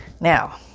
now